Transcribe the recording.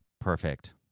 Perfect